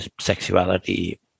sexuality